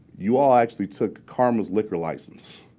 you all actually took karma's liquor license.